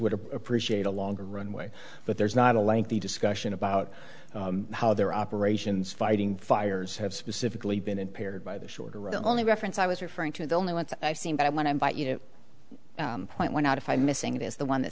would appreciate a longer runway but there's not a lengthy discussion about how their operations fighting fires have specifically been impaired by the shorter only reference i was referring to the only ones i've seen but i want to invite you to point out if i'm missing is the one that